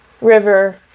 river